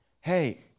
Hey